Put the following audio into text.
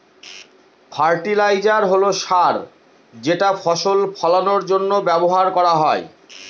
fertiliser হল সার যেটা ফসল ফলানের জন্য ব্যবহার করা হয়